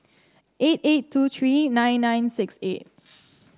eight eight two three nine nine six eight